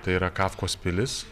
tai yra kafkos pilis